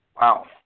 Wow